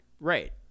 right